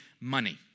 money